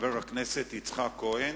חבר הכנסת יצחק כהן,